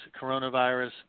Coronavirus